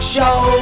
Show